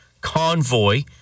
convoy